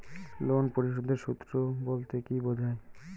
Loan পরিশোধের সূএ বলতে কি বোঝায়?